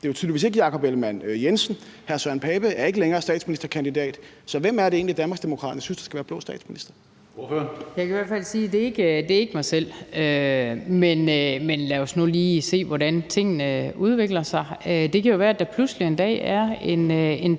Det er jo tydeligvis ikke Jakob Ellemann-Jensen. Hr. Søren Pape Poulsen er ikke længere statsministerkandidat. Så hvem er det egentlig, Danmarksdemokraterne synes der skal være blå statsminister? Kl. 14:40 Tredje næstformand (Karsten Hønge): Ordføreren. Kl. 14:40 Inger Støjberg (DD): Jeg kan i hvert fald sige, at det ikke er mig selv. Men lad os nu lige se, hvordan tingene udvikler sig. Det kan jo være, at der pludselig en dag er en tydelig